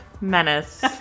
Menace